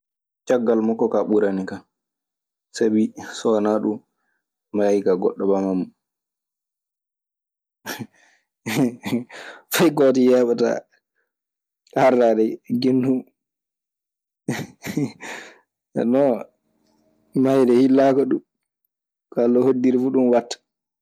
Caggal makko kaa ɓurani kan, sabi so wanaa ɗun mi maayi kaa goɗɗo ɓaman mo. Fay gooto yeeɓataa aardaade gendun. Jooni non uuaayde hillaaka ɗun. Ko Alla hoddiri fuu, ɗun waɗta.